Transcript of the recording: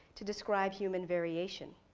to describe human variation.